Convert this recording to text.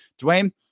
Dwayne